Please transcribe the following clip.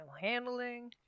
handling